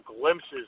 glimpses